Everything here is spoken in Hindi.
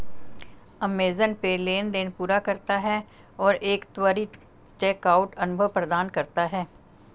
अमेज़ॅन पे लेनदेन पूरा करता है और एक त्वरित चेकआउट अनुभव प्रदान करता है